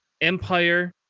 empire